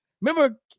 remember